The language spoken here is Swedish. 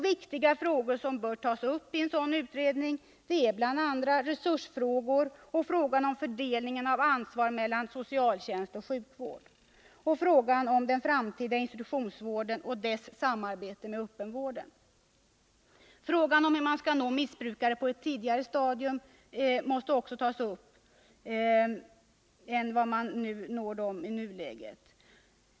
Viktiga frågor som bör tas upp i en sådan utredning är bl.a. resursfrågor, fördelningen av ansvar mellan socialtjänst och sjukvård samt den framtida institutionsvården och dess samarbete med öppenvården. Utredningen måste också ta upp frågan hur man skall nå missbrukare på ett tidigare stadium än i nuläget.